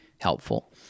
helpful